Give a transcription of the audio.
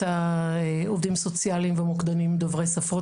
העובדים סוציאליים ומוקדנים דוברי שפות,